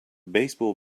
baseball